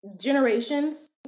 generations